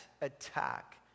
attack